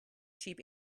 cheap